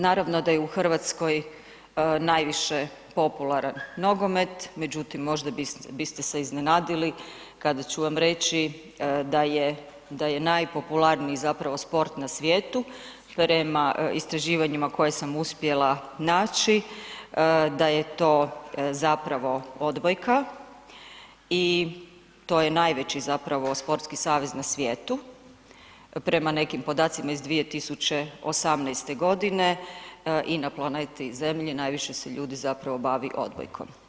Naravno da je i u Hrvatskoj najviše popularan nogomet, međutim možda biste se iznenadili kada ću vam reći da je najpopularniji zapravo sport na svijetu prema istraživanjima koja sam uspjela naći da je to zapravo odbojka i to je najveći zapravo sportski savez na svijetu prema nekim podacima iz 2018. g. i na planeti Zemlji, najviše se ljudi zapravo odbojkom.